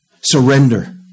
Surrender